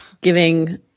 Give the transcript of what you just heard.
giving